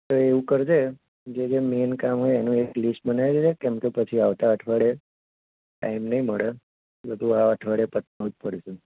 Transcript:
હવે એવું કરજે જે જે મેન કામ હોય એનું એક લિસ્ટ બનાવી લે જે કેમકે પછી આવતા અઠવાડિયે ટાઈમ નહીં મળે બધું આ અઠવાડિયે પતાવવું જ પડશે